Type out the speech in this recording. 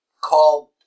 called